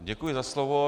Děkuji za slovo.